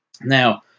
Now